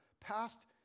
past